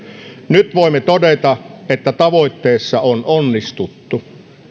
nyt voimme todeta että tavoitteessa on onnistuttu